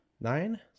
Nine